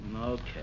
Okay